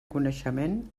coneixement